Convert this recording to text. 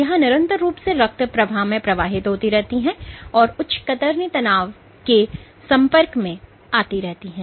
यह निरंतर रूप से रक्त प्रवाह में प्रवाहित होती रहती है और उच्च कतरनी तनाव के संपर्क में आती रहती है